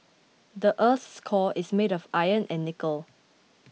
the earth's core is made of iron and nickel